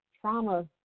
trauma